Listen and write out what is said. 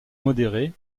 modéré